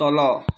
ତଲ